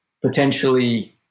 potentially